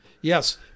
Yes